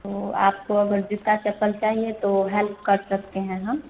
तो आपको अगर जूते चप्पल चाहिए तो हेल्प कर सकते हैं हम